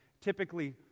typically